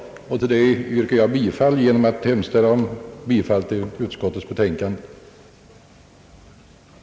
Undertecknad anhåller härmed om ledighet från riksdagsarbetet under tiden från och med den 24 maj 1968 till vårsessionens slut för deltagande i FN:s generalförsamlings fortsatta tjugoandra ordinarie möte.